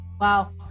Wow